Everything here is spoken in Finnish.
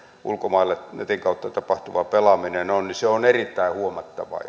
ulkomaille netin kautta tapahtuva pelaaminen on tällä hetkellä niin se on jo erittäin huomattavaa